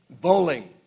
Bowling